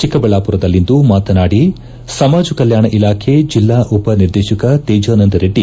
ಚಿಕ್ಕಬಳ್ಣಾಪುರದಲ್ಲಿಂದು ಮಾತನಾಡಿದ ಸಮಾಜ ಕಲ್ಲಾಣ ಇಲಾಖೆ ಜಿಲ್ಲಾ ಉಪ ನಿರ್ದೇಶಕ ತೇಜಾನಂದರೆಡ್ಡಿ